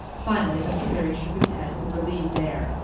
finally mr. barry shook his head, with a relieved air.